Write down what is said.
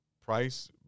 price